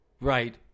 right